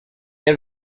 have